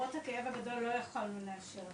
למרות הכאב הגדול לא יכולנו לאשר.